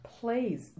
please